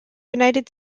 united